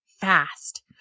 fast